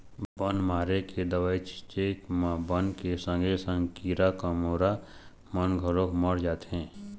बन मारे के दवई छिंचे म बन के संगे संग कीरा कमोरा मन घलोक मर जाथें